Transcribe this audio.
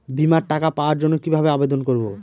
বিমার টাকা পাওয়ার জন্য কিভাবে আবেদন করব?